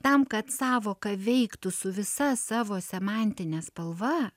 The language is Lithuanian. tam kad sąvoka veiktų su visa savo semantine spalva